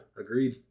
Agreed